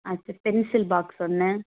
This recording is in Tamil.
அடுத்து பென்சில் பாக்ஸ் ஒன்று